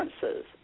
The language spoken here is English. differences